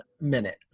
minute